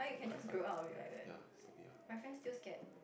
quite fun ya stupid ya